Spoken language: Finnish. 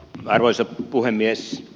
arvoisa puhemies